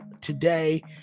today